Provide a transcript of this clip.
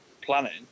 planning